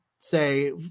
say